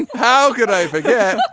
how could i forget.